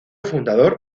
fundador